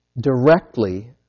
directly